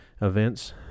events